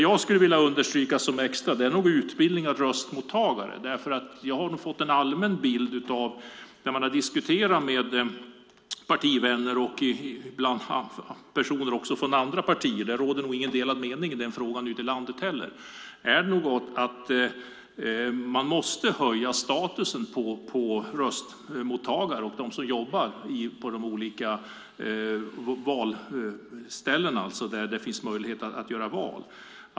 Jag vill understryka vikten av utbildning av röstmottagare. När jag har diskuterat med partivänner och personer från andra partier är vi ganska eniga om att man måste höja statusen på röstmottagare och på dem som jobbar i vallokalerna.